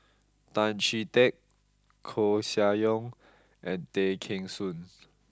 Tan Chee Teck Koeh Sia Yong and Tay Kheng Soon